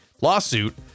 lawsuit